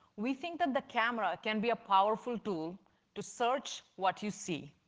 we think that the camera can be a powerful tool to search what you see,